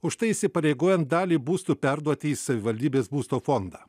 už tai įsipareigojant dalį būstų perduoti į savivaldybės būsto fondą